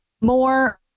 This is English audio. more